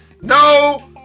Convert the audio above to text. no